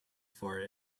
for